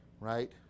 right